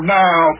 now